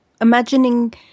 imagining